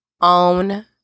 Own